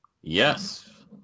Yes